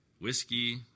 whiskey